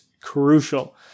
crucial